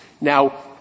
Now